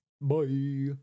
Bye